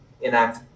enact